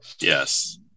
Yes